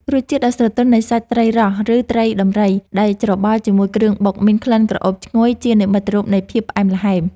រសជាតិដ៏ស្រទន់នៃសាច់ត្រីរ៉ស់ឬត្រីដំរីដែលច្របល់ជាមួយគ្រឿងបុកមានក្លិនក្រអូបឈ្ងុយជានិមិត្តរូបនៃភាពផ្អែមល្ហែម។